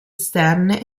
esterne